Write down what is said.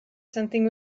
something